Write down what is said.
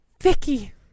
Vicky